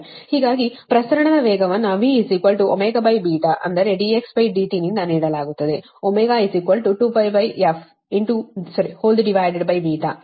ಹೀಗಾಗಿ ಪ್ರಸರಣದ ವೇಗವನ್ನು v ಅಂದರೆ dxdt ನಿಂದ ನೀಡಲಾಗುತ್ತದೆω2πf ಇದು ಸಮೀಕರಣ 56 ಸರಿನಾ